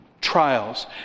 trials